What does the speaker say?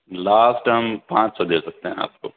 last ہم پانچ سو دے سکتے ہیں آپ کو